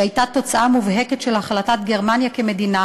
שהייתה תוצאה מובהקת של החלטת גרמניה כמדינה